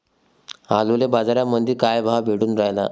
आलूले बाजारामंदी काय भाव भेटून रायला?